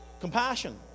Compassion